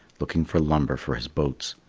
looking for lumber for his boats.